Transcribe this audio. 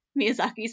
Miyazaki's